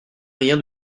rien